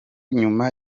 nyuma